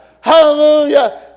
hallelujah